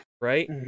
Right